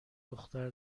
دختر